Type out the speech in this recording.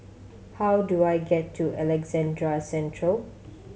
how do I get to Alexandra Central